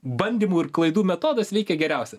bandymų ir klaidų metodas veikia geriausia